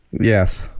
Yes